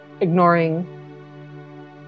ignoring